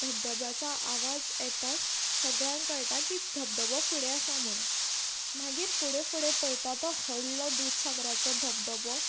धबधब्याचो आवाज येताच सगळ्यांक कळटा की धबधबो फुडें आसा म्हणून मागीर फुडें फुडें पयता तो होडलो दुदसागराचो धबधबो